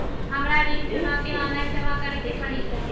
हमरा ऋण चुकौती ऑनलाइन जमा करे के परी?